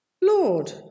Lord